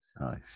Nice